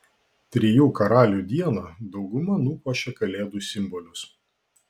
trijų karalių dieną dauguma nupuošė kalėdų simbolius